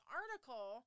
article